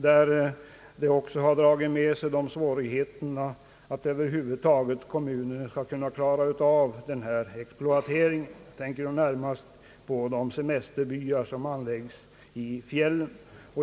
Det finns också fall där kommunen fått svårigheter att över huvud taget klara exploateringen i fråga. Jag tänker på de semesterbyar som anläggs i fjällen.